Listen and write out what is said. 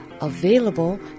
available